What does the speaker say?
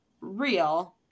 real